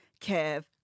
Kev